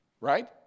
right